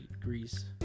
Greece